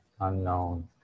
unknown